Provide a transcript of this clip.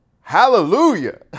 Hallelujah